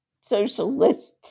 socialist